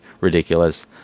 ridiculous